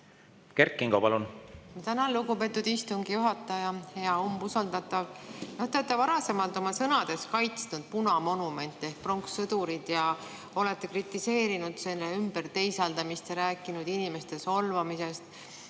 Kert Kingo, palun!